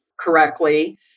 correctly